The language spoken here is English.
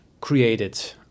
created